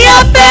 up